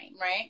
right